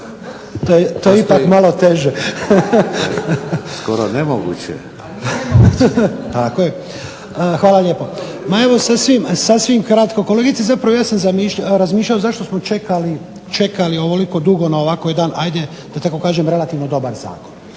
To je ipak malo teže. Hvala lijepo. Ma evo sasvim kratko. Kolegice ja sam razmišljao zašto smo čekali na ovako dugo na ovako jedan da tako kažem relativni dobar zakon.